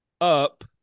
up